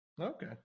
Okay